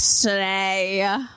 today